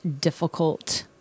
difficult